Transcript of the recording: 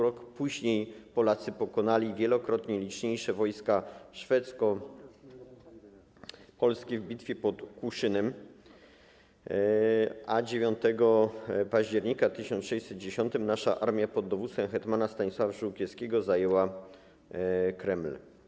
Rok później Polacy pokonali wielokrotnie liczniejsze wojska szwedzko-rosyjskie w bitwie pod Kłuszynem, a 9 października 1610 r. nasza armia pod dowództwem hetmana Stanisława Żółkiewskiego zajęła Kreml.